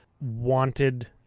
wanted